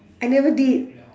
I never did